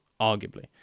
arguably